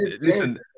listen